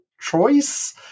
choice